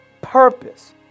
Purpose